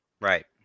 Right